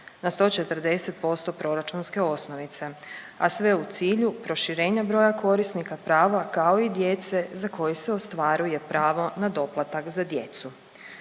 na 140% proračunske osnovice, a sve u cilju proširenja broja korisnika prava, kao i djece za koju se ostvaruje pravo na doplatak za djecu.